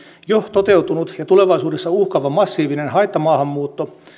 jo toteutunut ja tulevaisuudessa uhkaava massiivinen haittamaahanmuutto